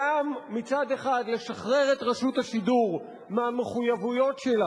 מצד אחד לשחרר את רשות השידור מהמחויבויות שלה